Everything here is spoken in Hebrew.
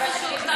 בבקשה.